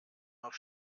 noch